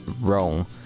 wrong